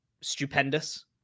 stupendous